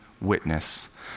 witness